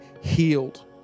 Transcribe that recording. healed